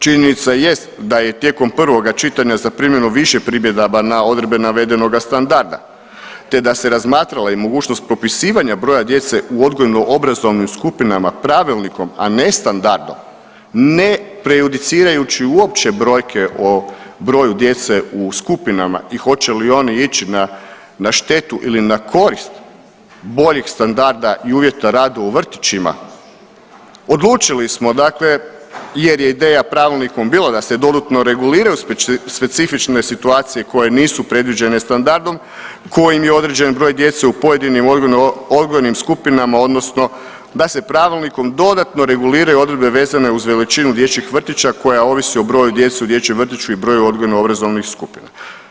Činjenica jest da je tijekom prvog čitanja zaprimljeno više primjedaba na odredbe navedenoga standarda, te da se razmatrala i mogućnost propisivanja broja djece u odgojno-obrazovnim skupinama pravilnikom, a ne standardom ne prejudicirajući uopće brojke o broju djece u skupinama i hoće li oni ići na štetu ili na korist boljih standarda i boljih uvjeta rada u vrtićima odlučili smo, dakle jer je ideja pravilnikom bila da se dodatno reguliraju specifične situacije koje nisu predviđene standardom kojim je određen broj djece u pojedinim odgojnim skupinama, odnosno da se pravilnikom dodatno reguliraju odredbe vezane uz veličinu dječjih vrtića koja ovisi o broju djece u dječjem vrtiću i broju odgojno-obrazovnih skupina.